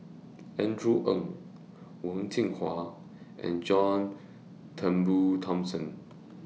Andrew Ang Wen Jinhua and John Turnbull Thomson